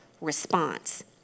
response